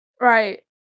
Right